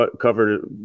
covered